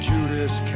Judas